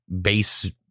base